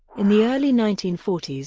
in the early nineteen forty s,